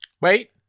Wait